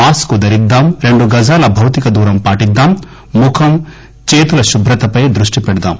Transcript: mask ధరిద్దాం రెండు గజాల భౌతిక దూరం పాటిద్దాం ముఖం చేతుల శుభ్రతపై దృష్టి పెడదాం